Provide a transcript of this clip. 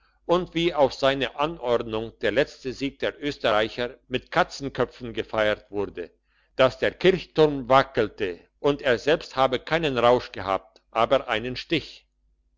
und wie auf seine anordnung der letzte sieg der österreicher mit katzenköpfen gefeiert wurde dass der kirchturm wackelte und er selber habe keinen rausch gehabt aber einen stich